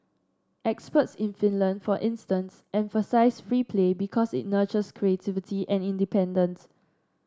experts in Finland for instance emphasise free play because it nurtures creativity and independence